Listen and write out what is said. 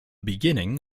beginning